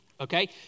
okay